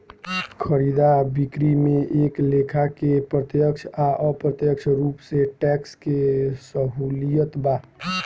खरीदा बिक्री में एक लेखा के प्रत्यक्ष आ अप्रत्यक्ष रूप से टैक्स के सहूलियत बा